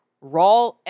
raw